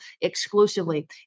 exclusively